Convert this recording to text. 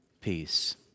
peace